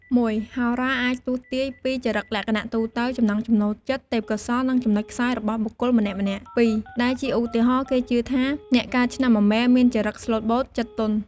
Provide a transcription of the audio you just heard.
១ហោរា អាចទស្សន៍ទាយពីចរិតលក្ខណៈទូទៅ ចំណង់ចំណូលចិត្ត ទេពកោសល្យ និងចំណុចខ្សោយរបស់បុគ្គលម្នាក់ៗ។ ២ដែលជាឧទាហរណ៍ គេជឿថាអ្នកកើតឆ្នាំមមែ មានចរិតស្លូតបូត ចិត្តទន់។